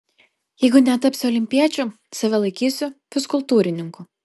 jeigu netapsiu olimpiečiu save laikysiu fizkultūrininku